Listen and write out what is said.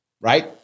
right